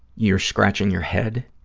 you're scratching your head,